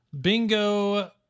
bingo